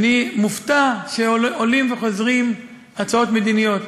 אני מופתע שעולות וחוזרות הצעות מדיניות.